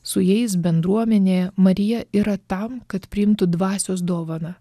su jais bendruomenėje marija yra tam kad priimtų dvasios dovaną